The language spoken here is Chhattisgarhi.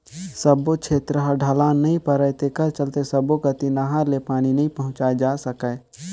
सब्बो छेत्र ह ढलान नइ परय तेखर चलते सब्बो कति नहर ले पानी नइ पहुंचाए जा सकय